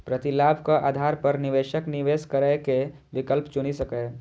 प्रतिलाभक आधार पर निवेशक निवेश करै के विकल्प चुनि सकैए